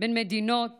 בין מדינות